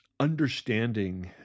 understanding